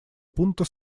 пункта